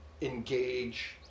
engage